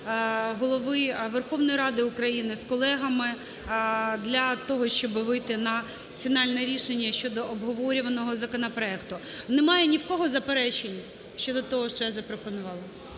Голови Верховної Ради України з колегами для того, щоби вийти на фінальне рішення щодо обговорюваного законопроекту. Немає ні в кого заперечень щодо того, що я запропонувала?